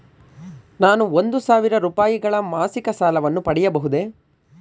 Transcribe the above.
ನಾನು ಒಂದು ಸಾವಿರ ರೂಪಾಯಿಗಳ ಮಾಸಿಕ ಸಾಲವನ್ನು ಪಡೆಯಬಹುದೇ?